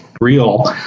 real